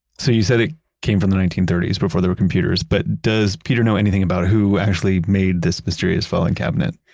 so you said it came from the nineteen thirty s, before there were computers. but does peter know anything about who actually made this mysterious filing cabinet?